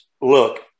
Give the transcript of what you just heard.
look